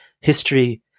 history